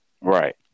Right